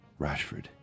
Rashford